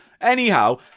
Anyhow